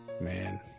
Man